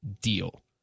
deal